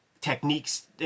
techniques